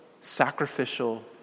sacrificial